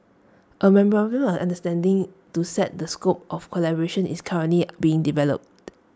A memorandum of understanding to set the scope of collaboration is currently being developed